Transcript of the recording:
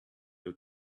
your